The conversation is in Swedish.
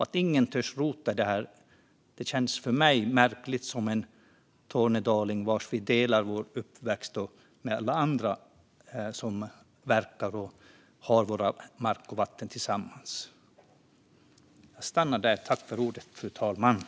Att ingen törs rota i detta känns märkligt för mig som tornedaling som delar min uppväxt med alla andra som verkar där och har sin mark och sitt vatten tillsammans.